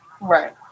Right